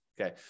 Okay